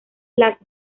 las